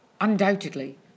undoubtedly